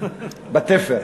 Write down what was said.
בתפר,